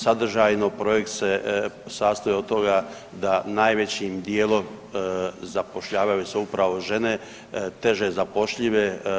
Sadržajno projekt se sastoji od toga da najvećim dijelom zapošljavaju se upravo žene teže zapošljive.